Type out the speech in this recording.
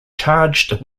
charged